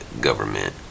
government